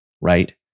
Right